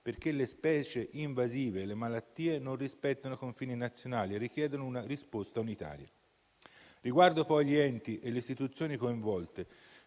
perché le specie invasive e le malattie non rispettano i confini nazionali e richiedono una risposta unitaria. Riguardo poi agli enti e alle istituzioni coinvolte